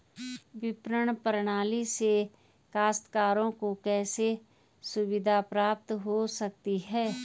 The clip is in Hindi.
विपणन प्रणाली से काश्तकारों को कैसे सुविधा प्राप्त हो सकती है?